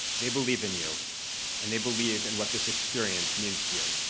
they believe in you and they believe in what this experience means to you.